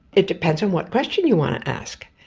it depends on what question you want to ask,